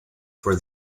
for